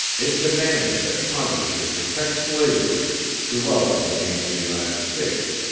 it demanded that congress should protect slavery throughout the domain of the united states.